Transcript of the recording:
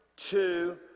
Two